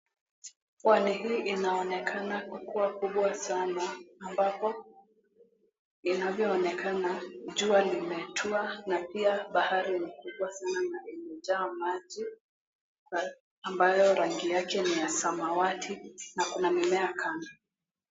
Pwani hii inaonekana kukuwa kubwa sana ambapo inavyoonekana, jua limetua na pia bahari ni kubwa sana na imejaa maji ambayo rangi yake ni ya samawati na kuna mimea kando.